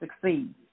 succeed